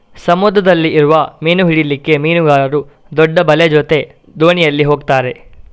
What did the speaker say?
ಸಮುದ್ರದಲ್ಲಿ ಇರುವ ಮೀನು ಹಿಡೀಲಿಕ್ಕೆ ಮೀನುಗಾರರು ದೊಡ್ಡ ಬಲೆ ಜೊತೆ ದೋಣಿಯಲ್ಲಿ ಹೋಗ್ತಾರೆ